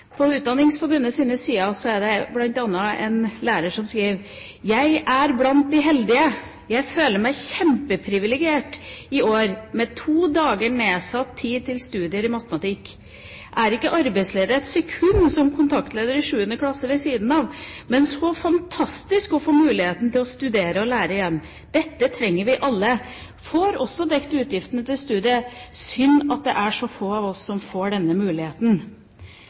På Utdanningsforbundets sider er det bl.a. en lærer som skriver: «Jeg er også en av de heldige‼ Føler meg privilegert i år med 2 dager nedsatt til studier i matematikk. Er ikke arbeidsledig et sekund som kontaktlærer i 7 klasse ved siden av, men så fantastisk å få muligheten til å studere og lære igjen. Dette trenger vi alle‼ Får også dekket utgiftene til studiet. Synd at det er så alt for få som får denne muligheten.»